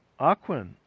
Aquin